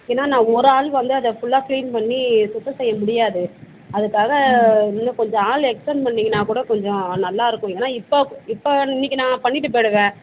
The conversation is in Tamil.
ஏன்னா நான் ஒரு ஆள் வந்து அதை ஃபுல்லாக க்ளீன் பண்ணி சுத்தம் செய்ய முடியாது அதுக்காக இன்னும் கொஞ்ச ஆள் எக்ஸ்டெண்ட் பண்ணீங்கன்னா கூட கொஞ்ச நல்லா இருக்கும் ஏன்னா இப்போ இப்போ இன்னக்கு நான் பண்ணிவிட்டு போய்விடுவேன்